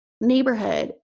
neighborhood